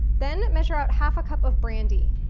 then measure out half a cup of brandy.